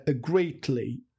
greatly